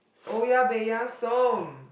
oya-beh-ya-som